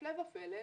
הפלא ופלא,